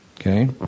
Okay